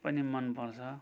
पनि मन पर्छ